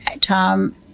Tom